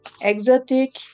exotic